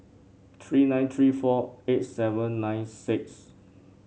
three nine three four eight seven nine six